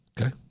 Okay